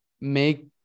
make